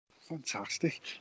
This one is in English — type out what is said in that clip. Fantastic